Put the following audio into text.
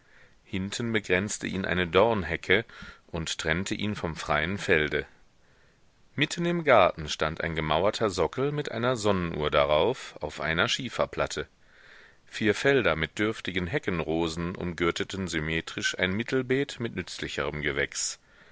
hinten begrenzte ihn eine dornhecke und trennte ihn vom freien felde mitten im garten stand ein gemauerter sockel mit einer sonnenuhr darauf auf einer schieferplatte vier felder mit dürftigen heckenrosen umgürteten symmetrisch ein mittelbeet mit nützlicherem gewächs